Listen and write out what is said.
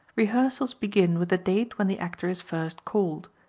rehearsals begin with the date when the actor is first called.